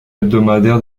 hebdomadaire